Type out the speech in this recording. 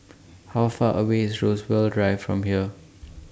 How Far away IS Rosewood Drive from here